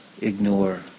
ignore